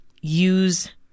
use